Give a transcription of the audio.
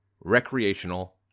recreational